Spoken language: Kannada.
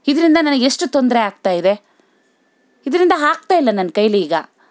ಇದರಿಂದ ನನಗೆ ಎಷ್ಟು ತೊಂದರೆ ಆಗ್ತಾಯಿದೆ ಇದರಿಂದ ಆಗ್ತಾಯಿಲ್ಲ ನನ್ನ ಕೈಲಿ ಈಗ